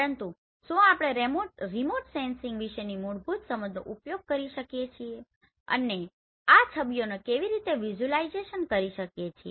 પરંતુ શું આપણે રીમોટ સેન્સિંગ વિશેની મૂળભૂત સમજનો ઉપયોગ કરી શકીએ છીએ અને આ છબીઓને કેવી રીતે વિઝ્યુઅલાઈઝ કરી શકીએ છીએ